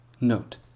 Note